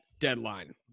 Deadline